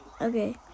Okay